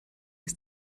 ist